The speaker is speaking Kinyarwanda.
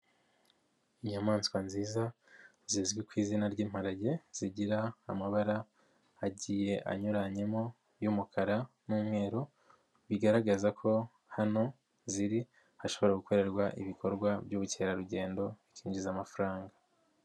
Inyamaswa nziza zizwi ku izina ry'imparage zigira amabara agiye anyuranyemo y'umukara n'umweru bigaragaza ko hano ziri hashobora gukorerwa ibikorwa by'ubukerarugendo bikinjiza amafaranga.